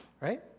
Right